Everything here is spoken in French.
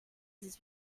dix